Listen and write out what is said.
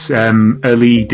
early